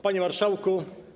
Panie Marszałku!